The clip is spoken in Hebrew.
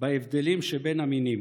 בהבדלים שבין המינים.